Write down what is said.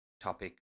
topic